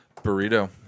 Burrito